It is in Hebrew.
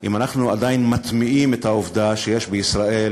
אם אנחנו עדיין מטמיעים את העובדה שיש ישראל